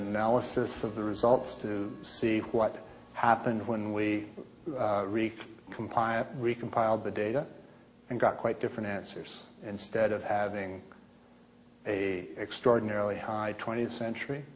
analysis of the results to see what happened when we wreak compile we compiled the data and got quite different answers and stead of having a extraordinarily high twentieth century